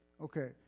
Okay